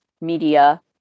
media